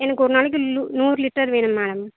எனக்கு ஒரு நாளைக்கு நூறு லிட்டர் வேணும் மேடம்